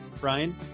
Brian